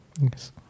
Yes